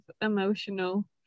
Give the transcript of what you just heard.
emotional